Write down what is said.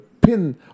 pin